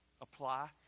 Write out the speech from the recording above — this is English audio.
apply